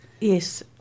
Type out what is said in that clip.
Yes